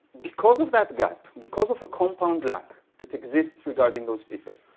because of that gap, because of a compound lack that exists regarding those people,